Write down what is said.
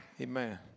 Amen